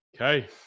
Okay